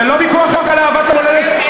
זה לא ויכוח על אהבת המולדת,